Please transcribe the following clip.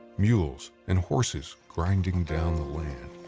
mules and horses grinding down the. like